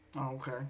Okay